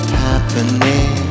happening